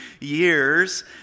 years